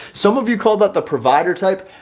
some of you call that the provider type.